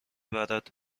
برد